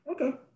Okay